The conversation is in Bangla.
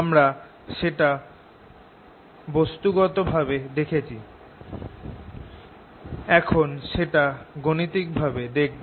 আমরা সেটা বস্তুগত ভাবে দেখেছি এখন সেটা গাণিতিক ভাবে দেখব